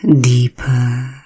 deeper